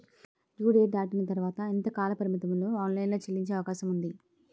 Due date దాటిన తర్వాత ఎంత కాలపరిమితిలో ఆన్ లైన్ లో చెల్లించే అవకాశం వుంది?